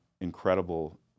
incredible